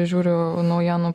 žiūriu naujienų